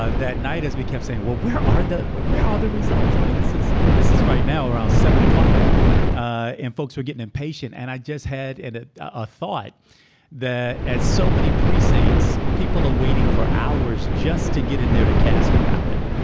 ah that night. as we kept saying, well, we are are that we are ah the results. i mean, this is this is right now around seven o'clock and folks are getting impatient. and i just had a thought that at so many precincts, people are waiting for hours just to get in there to cast a ballot.